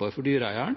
må